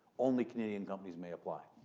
only canadian companies may apply.